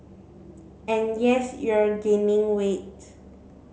and yes you're gaining weight